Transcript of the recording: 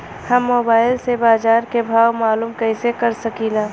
हम मोबाइल से बाजार के भाव मालूम कइसे कर सकीला?